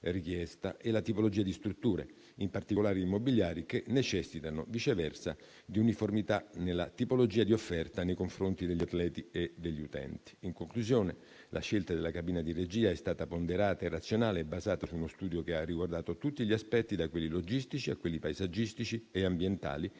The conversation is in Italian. e la tipologia di strutture, in particolari immobiliari, che necessitano viceversa di uniformità nella tipologia di offerta nei confronti degli atleti e degli utenti. In conclusione, la scelta della cabina di regia è stata ponderata e razionale, basata su uno studio che ha riguardato tutti gli aspetti, da quelli logistici a quelli paesaggistici e ambientali,